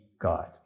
god